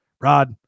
Rod